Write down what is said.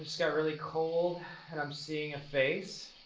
so got really cold and i'm seeing a face.